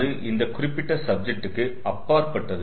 அது இந்த குறிப்பிட்ட சப்ஜெக்ட்க்கு அப்பாற்பட்டது